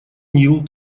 нил